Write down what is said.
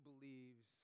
believes